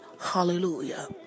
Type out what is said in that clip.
hallelujah